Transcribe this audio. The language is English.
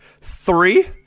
three